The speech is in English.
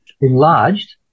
enlarged